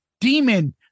demon